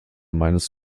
meines